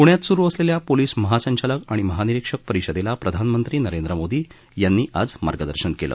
पुण्यात सुरु असलेल्या पोलीस महासंचालक आणि महानिरिक्षक परिषदेला प्रधानमंत्री नरेंद्र मोदी यांनी मार्गदर्शन केलं